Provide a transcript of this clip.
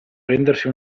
prendersi